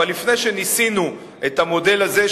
אבל לפני שניסינו את המודל הזה,